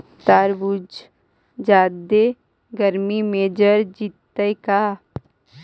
तारबुज जादे गर्मी से जर जितै का?